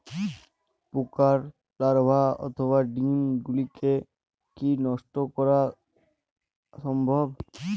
পোকার লার্ভা অথবা ডিম গুলিকে কী নষ্ট করা সম্ভব?